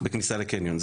בכניסה לקניון?".